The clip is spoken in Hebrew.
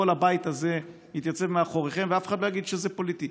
כל הבית הזה יתייצב מאחוריכם ואף אחד לא יגיד שזה פוליטי.